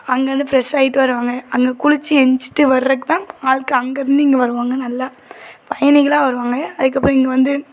அங்கேருந்து ஃப்ரெஸ் ஆயிட்டு வருவாங்க அங்கே குளிச்சு எந்ச்சுட்டு வர்றதுக்கு தான் ஆள்கள் அங்கே இருந்து இங்கே வருவாங்க நல்லா பயணிகளாக வருவாங்க அதுக்கப்புறம் இங்கே வந்து